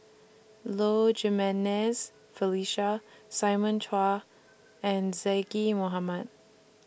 Low Jimenez Felicia Simon Chua and Zaqy Mohamad